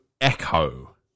Echo